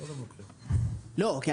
אוקיי.